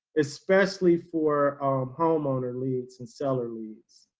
especially for homeowner leads and seller leads.